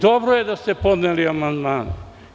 Dobro je da ste podneli amandmane.